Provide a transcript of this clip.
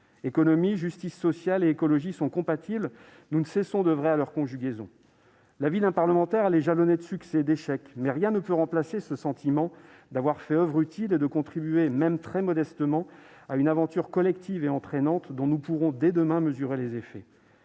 Économie, justice sociale et écologie sont compatibles, nous ne cessons d'oeuvrer à leur conjugaison. La vie d'un parlementaire est jalonnée de succès et d'échecs, mais rien ne peut remplacer ce sentiment d'avoir fait oeuvre utile et de contribuer, même très modestement, à une aventure collective et entraînante dont nous pourrons, dès demain, mesurer les effets.